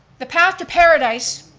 the path to paradise,